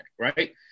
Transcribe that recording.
right